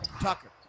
Tucker